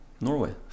Norway